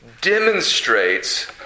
demonstrates